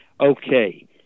okay